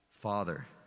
Father